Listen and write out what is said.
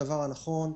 הנכון.